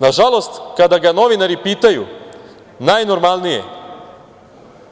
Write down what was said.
Nažalost, kada ga novinari pitanju najnormalnije